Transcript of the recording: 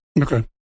okay